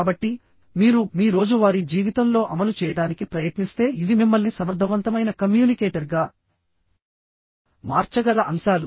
కాబట్టి మీరు మీ రోజువారీ జీవితంలో అమలు చేయడానికి ప్రయత్నిస్తే ఇవి మిమ్మల్ని సమర్థవంతమైన కమ్యూనికేటర్గా మార్చగల అంశాలు